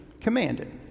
commanded